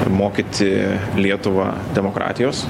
mokyti lietuvą demokratijos